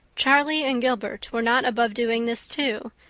charlie and gilbert were not above doing this too,